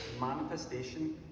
manifestation